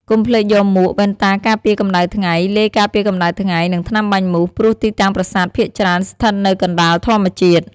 កុំភ្លេចយកមួក វ៉ែនតាការពារកម្តៅថ្ងៃ ឡេការពារកម្ដៅថ្ងៃ និងថ្នាំបាញ់មូស ព្រោះទីតាំងប្រាសាទភាគច្រើនស្ថិតនៅកណ្តាលធម្មជាតិ។